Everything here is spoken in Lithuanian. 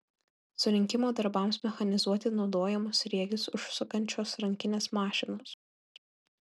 surinkimo darbams mechanizuoti naudojamos sriegius užsukančios rankinės mašinos